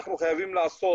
אנחנו חייבים לעשות